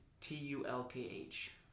T-U-L-K-H